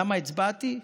למה הצבעתי?